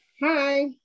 Hi